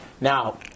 Now